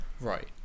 Right